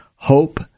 hope